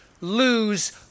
lose